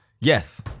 yes